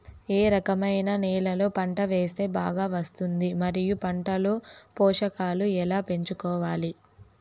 ఏ రకమైన నేలలో పంట వేస్తే బాగా వస్తుంది? మరియు పంట లో పోషకాలు ఎలా పెంచుకోవాలి?